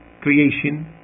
creation